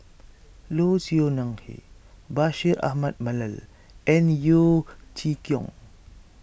Low Siew Nghee Bashir Ahmad Mallal and Yeo Chee Kiong